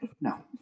no